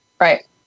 Right